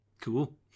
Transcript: Cool